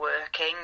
working